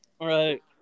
Right